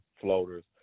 floaters